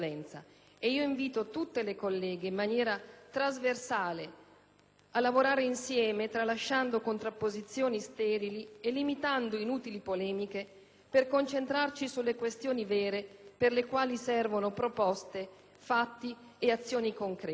quindi tutte le colleghe, in maniera trasversale, a lavorare insieme tralasciando contrapposizioni sterili e limitando inutili polemiche per concentrarci sulle questioni vere per le quali servono proposte, fatti e azioni concrete.